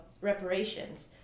reparations